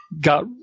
got